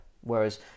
Whereas